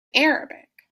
arabic